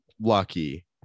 lucky